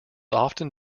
often